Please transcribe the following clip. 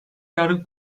yargı